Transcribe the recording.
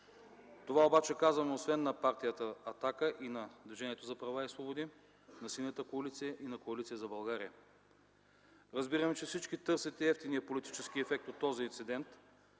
Това обаче казваме освен на партията „Атака” и на Движението за права и свободи, на Синята коалиция и на Коалиция за България. Разбираме, че всички търсите евтиния политически ефект от този инцидент,